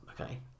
okay